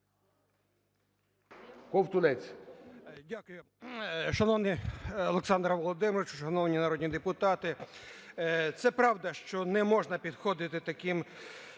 Ковтунець.